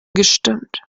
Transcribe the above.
gestimmt